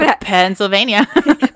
Pennsylvania